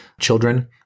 children